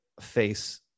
face